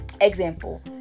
Example